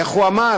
איך הוא אמר,